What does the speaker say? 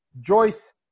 Joyce